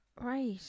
Right